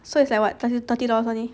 so it's like what thirty dollars only